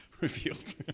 revealed